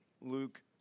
Luke